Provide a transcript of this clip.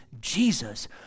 Jesus